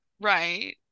Right